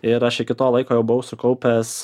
ir aš iki to laiko jau buvau sukaupęs